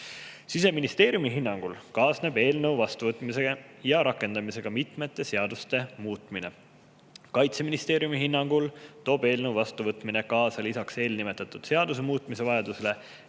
Siseministeeriumi hinnangul kaasneb eelnõu vastuvõtmise ja rakendamisega mitmete seaduste muutmine. Kaitseministeeriumi hinnangul toob eelnõu vastuvõtmine lisaks nende seaduste muutmise vajadusele